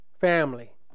family